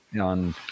on